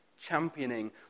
championing